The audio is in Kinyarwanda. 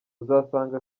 uzasanga